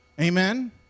amen